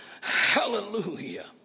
Hallelujah